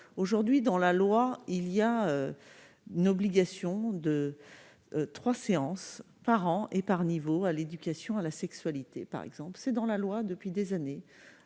aujourd'hui dans la loi il y a ni obligation de 3 séances par an et par niveau à l'éducation à la sexualité, par exemple, c'est dans la loi depuis des années,